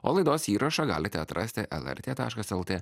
o laidos įrašą galite atrasti elertė taškas eltė